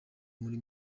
muri